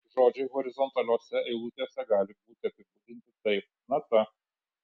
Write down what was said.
žodžiai horizontaliose eilutėse gali būti apibūdinti taip nata